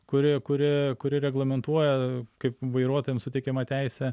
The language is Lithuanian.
kuri kuri kuri reglamentuoja kaip vairuotojams suteikiama teisė